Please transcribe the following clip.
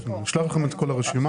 נשלח לכם את כל הרשימה.